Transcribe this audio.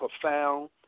profound